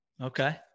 Okay